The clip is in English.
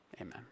Amen